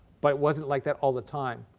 but it wasn't like that all the time.